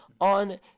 on